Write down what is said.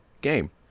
game